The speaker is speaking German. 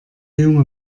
junge